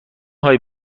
هایی